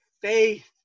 faith